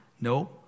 No